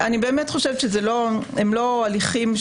אני באמת חושבת שהם לא הליכים.